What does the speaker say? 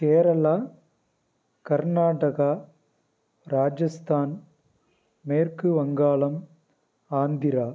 கேரளா கர்நாடகா ராஜஸ்தான் மேற்குவங்காளம் ஆந்திரா